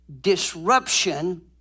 disruption